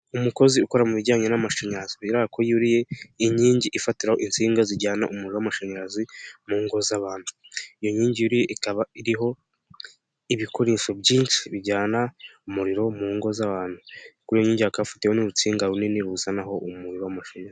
Umukozi ukora mu bijyanye n'amashanyarazi, bigaragara ko yuriye inkingi ifatiraho insinga zijyana umuriro w'amashanyarazi mu ngo z'abantu, iyo nkingi ikaba iriho ibikoresho byinshi bijyana umuriro mu ngo z'abantu, kuri iyo nkingi hakaba hafatiyeho n'urusinga runini ruzana umuriro w'amashanyarazi.